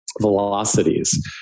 velocities